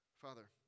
Father